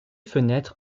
fenêtres